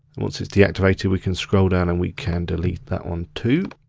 and once it's deactivated, we can scroll down and we can delete that one, too.